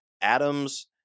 Atoms